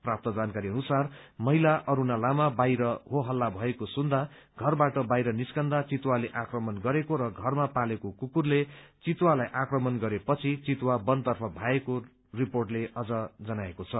प्राप्त जानकारी अनुसार महिला अस्रणा लामा बाहिर हो हल्ला भएको सुन्दा घरबाट बाहिर निस्कन्दा चितुवाले आक्कमण गरेको र घरमा पालेको कुकुरले चितुवालाई आक्कमण गरे पछि चितुवा वनतर्फ भागेको रिपोर्टले अझ जनाएको छ